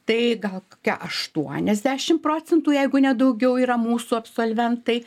tai gal kokia aštuoniasdešim procentų jeigu ne daugiau yra mūsų absolventai